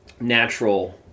natural